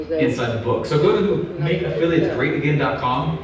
inside the book. so go to makeaffiliatesgreatagain dot com